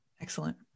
Excellent